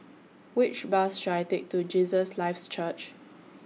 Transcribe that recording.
Which Bus should I Take to Jesus Lives Church